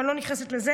אבל אני לא נכנסת לזה.